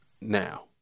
now